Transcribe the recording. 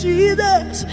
Jesus